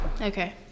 Okay